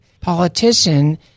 politician